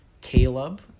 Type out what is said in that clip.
Caleb